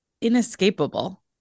inescapable